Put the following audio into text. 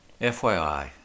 FYI